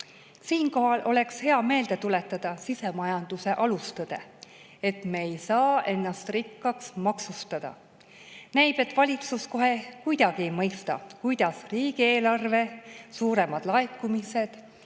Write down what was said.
Siinkohal oleks hea meelde tuletada sisemajanduse alustõde, et me ei saa ennast rikkaks maksustada. Näib, et valitsus kohe kuidagi ei mõista, et riigieelarve suuremad laekumised